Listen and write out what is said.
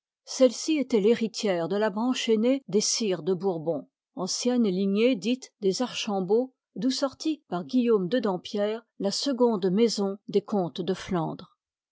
celle-ci étoit rhéritière de la branche aînée des sires de bourbon ancienne lignée dite des archambault d'où sortit par guillaume de dampierre la seconde maison des comtes de flandre